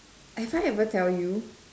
have I ever tell you